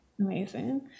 amazing